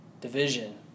Division